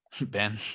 Ben